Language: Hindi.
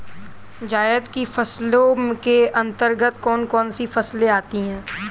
जायद की फसलों के अंतर्गत कौन कौन सी फसलें आती हैं?